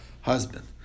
husband